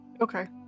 okay